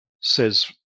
says